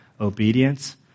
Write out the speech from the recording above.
obedience